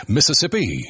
Mississippi